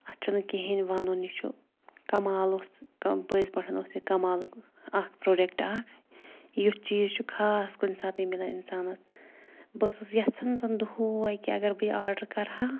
اَتھ چھُنہٕ کِہیٖنۍ وَنُن یہِ چھُ کمال اوس پٔزۍ پٲٹھۍ اوس یہِ کمالُک اَکھ پرٛوڈَکٹ اَکھ یُتھ چیٖز چھُ خاص کُنہِ ساتٕے مِلان اِنسانَس بہٕ ٲسٕس یَژھان زَن دۄہَے کہِ اگر بہٕ یہِ آڈَر کَرٕہا